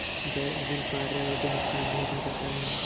जैव ईंधन पर्यावरण को नुकसान नहीं पहुंचाता है